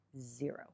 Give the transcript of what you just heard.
zero